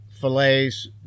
fillets